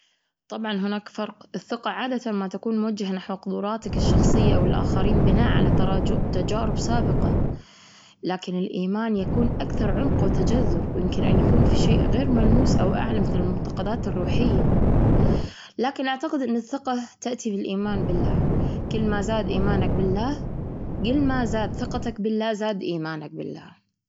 طبعا، هناك فرق. الثقة عادة ما تكون موجهة نحو قدراتك الشخصية أو الآخرين بناء على تج-تجارب سابقة، لكن الإيمان يكون أكثر عمق وتجذر، ويمكن أن يكون في شيء غير ملموس أو أعلى مثل المعتقدات الروحية لكن، أعتقد أن الثقة تأتي بالإيمان بالله. كلما زاد إيمانك بالله، كل ما زاد ثقتك بالله، وزاد إيمانك بالله.